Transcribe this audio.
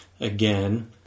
Again